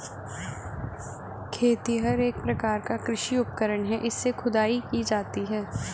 खेतिहर एक प्रकार का कृषि उपकरण है इससे खुदाई की जाती है